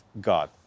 God